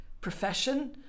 profession